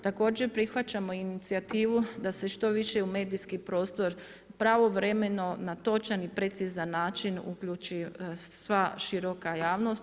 Također prihvaćamo i inicijativu da se što više i u medijski prostor pravovremeno na točan i precizan način uključi sva široka javnost.